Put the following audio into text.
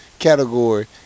category